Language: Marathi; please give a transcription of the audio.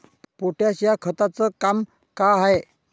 पोटॅश या खताचं काम का हाय?